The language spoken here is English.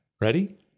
Ready